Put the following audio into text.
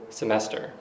semester